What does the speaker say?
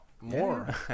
more